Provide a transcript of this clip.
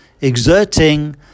exerting